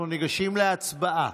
אנחנו ניגשים להצבעה.